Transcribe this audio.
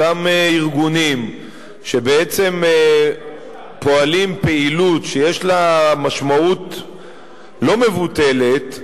אותם ארגונים שבעצם פועלים פעילות שיש לה משמעות לא מבוטלת,